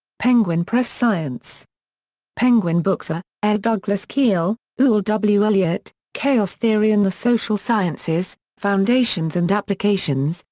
penguin press science penguin books. ah l douglas kiel, euel w elliott, chaos theory in the social sciences foundations and applications,